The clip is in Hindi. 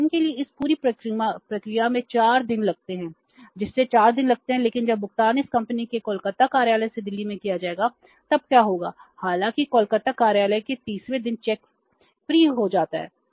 उदाहरण के लिए इस पूरी प्रक्रिया में 4 दिन लगते हैं जिसमें 4 दिन लगते हैं लेकिन जब भुगतान इस कंपनी के कोलकाता कार्यालय से दिल्ली में किया जाएगा तब क्या होगा हालांकि कोलकाता कार्यालय के 30 वें दिन चेक फ्री हो जाता है